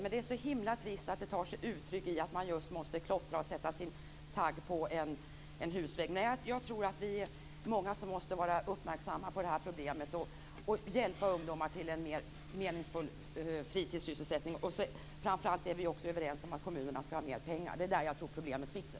Men det är så trist att det tar sig uttryck i att de måste klottra och sätta sin tagg på en husvägg. Jag tror att vi är många som måste vara uppmärksamma på det här problemet och hjälpa ungdomar till en mer meningsfull fritidssysselsättning. Framför allt är vi också överens om att kommunerna skall ha mer pengar. Det är där jag tror att problemet ligger.